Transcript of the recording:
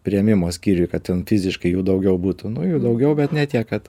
priėmimo skyriuj kad ten fiziškai jų daugiau būtų nu jų daugiau bet ne tiek kad